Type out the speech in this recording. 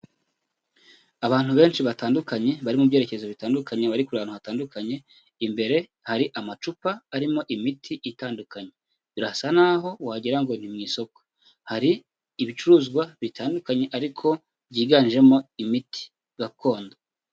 Abantu benshi batandukanye, bari mu byerekezo bitandukanye, bari kureba ahantu hatandukanye, imbere hari amacupa arimo imiti itandukanye. Birasa naho wagira ngo ni mu isoko. Hari ibicuruzwa bitandukanye ariko byiganjemo imiti gakondo.